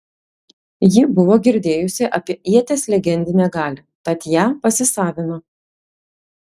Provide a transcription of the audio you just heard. ji buvo girdėjusi apie ieties legendinę galią tad ją pasisavino